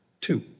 Two